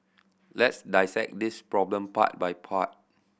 let's dissect this problem part by part